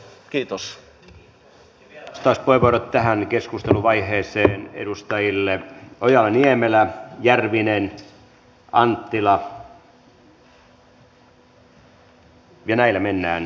ja vielä vastauspuheenvuorot tähän keskusteluvaiheeseen edustajille ojala niemelä järvinen anttila ja näillä mennään